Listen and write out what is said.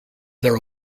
their